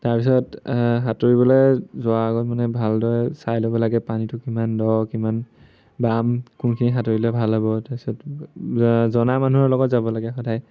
তাৰপিছত সাঁতুৰিবলে যোৱাৰ আগত মানে ভালদৰে চাই ল'ব লাগে পানীটো কিমান দ কিমান বাম কোনখিনিত সাঁতুৰিলে ভাল হ'ব তাৰপিছত জনা মানুহৰ লগত যাব লাগে সদায়